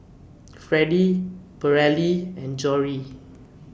Fredie Paralee and Jory